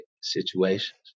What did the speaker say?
situations